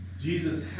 Jesus